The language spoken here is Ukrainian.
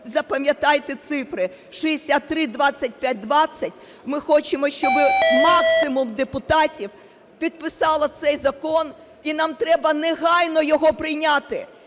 запам'ятайте цифри, 632520. Ми хочемо, щоб максимум депутатів підписали цей закон, і нам треба негайно його прийняти.